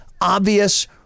obvious